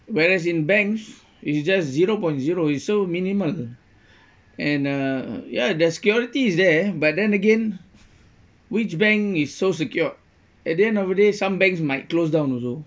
whereas in banks it's just zero point zero it's so minimal and uh ya the security is there but then again which bank is so secured at the end of the day some banks might close down also